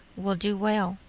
will do well,